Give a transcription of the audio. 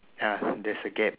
ya there's a gap